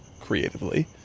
creatively